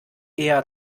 eher